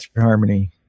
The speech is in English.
harmony